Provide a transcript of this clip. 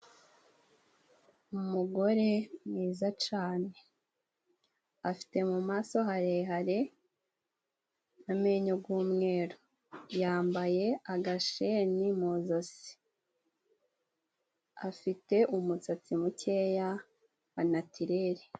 Umugore mwiza cyane afite mu maso harehare, amenyo y'umweru, yambaye agasheni mu ijosi, afite umusatsi mukeya wa natireri.